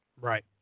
Right